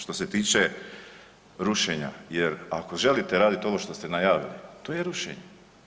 Što se tiče rušenja jer ako želite raditi to što ste najavili, to je rušenje.